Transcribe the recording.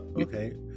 Okay